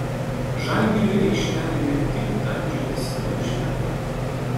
žalgiriui aikštelėje tik kandžiotis neužtenka